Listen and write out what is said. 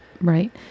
Right